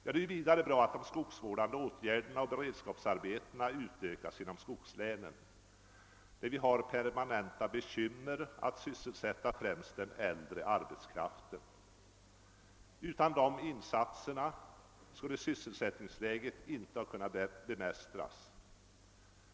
Vidare är det bra att de skogsvårdande åtgärderna och beredskapsarbetena utökas i skogslänen där det finns permanenta bekymmer med att sysselsätta främst den äldre arbetskraften. Utan dessa insatser skulle inte sysselsättningsläget kunnat bemästras.